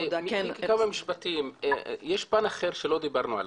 יש פן אחר שלא דיברנו עליו.